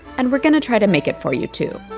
and we're going to try to make it for you, too.